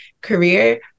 career